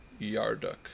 Yarduk